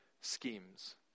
schemes